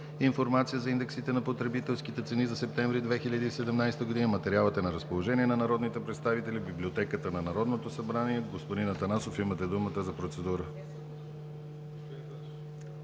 информация за индексите на потребителските цени за септември 2017 г. Материалът е на разположение на народните представители в Библиотеката на Народното събрание. Господин Атанасов, имате думата за процедура